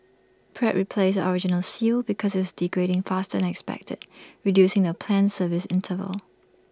Pratt replaced the original seal because IT was degrading faster than expected reducing the planned service interval